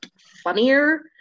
funnier